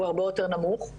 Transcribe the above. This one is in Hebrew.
הוא הרבה יותר נמוך.